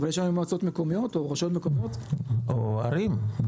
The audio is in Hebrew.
יש לנו מועצות מקומיות או רשויות מקומיות -- או ערים.